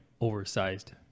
oversized